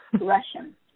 Russian